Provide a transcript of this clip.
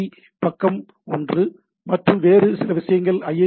B பக்கம் ஒன்று மற்றும் வேறு சில விஷயங்கள் ஐ